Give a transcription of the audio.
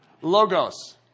Logos